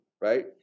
right